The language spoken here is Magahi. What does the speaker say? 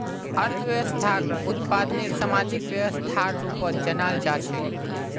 अर्थव्यवस्थाक उत्पादनेर सामाजिक व्यवस्थार रूपत जानाल जा छेक